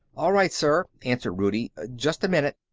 all right, sir, answered rudie. just a minute.